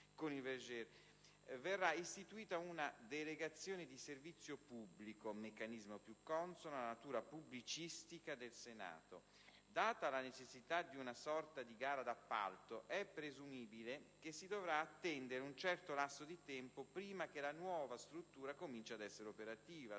con il Verger - verrà istituita una "delegazione di servizio pubblico", meccanismo più consono alla natura pubblicistica del Senato. Data la necessità di una sorta di gara d'appalto, è presumibile che si dovrà attendere un certo lasso di tempo prima che la nuova struttura cominci ad essere operativa. Solo a quel